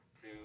two